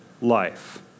life